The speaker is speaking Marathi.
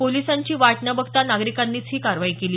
पोलिसांची वाट न बघता नागरिकांनीच ही कारवाई केली